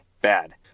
bad